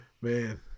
man